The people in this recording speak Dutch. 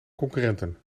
concurrenten